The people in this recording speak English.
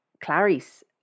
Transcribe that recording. Clarice